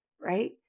right